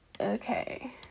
Okay